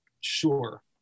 Sure